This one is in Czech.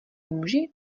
muži